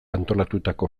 antolatutako